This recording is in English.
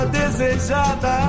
desejada